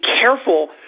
careful